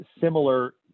similar